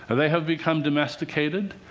and they have become domesticated,